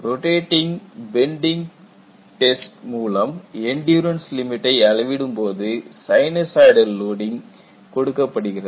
rotating bending test மூலம் endurance லிமிட்டை அளவிடும்போது சைன்னசாய்டல் லோடிங் கொடுக்கப்படுகிறது